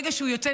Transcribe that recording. מרגע שהוא יוצא,